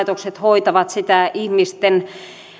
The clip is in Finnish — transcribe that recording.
pelastuslaitokset hoitavat sitä ihmisten